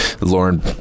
Lauren